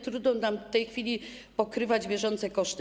Trudno nam w tej chwili pokrywać bieżące koszty.